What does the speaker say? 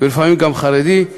ולפעמים גם חרדי,